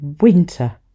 winter